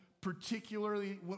particularly